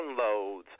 downloads